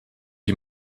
die